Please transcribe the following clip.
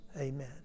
Amen